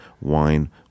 wine